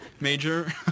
major